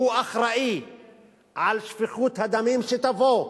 הוא אחראי לשפיכות הדמים שתבוא,